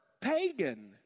pagan